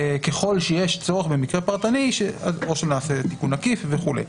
ככל שיש צורך במקרה הפרטני או שנעשה נעשה תיקון עקיף וכולי.